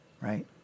Right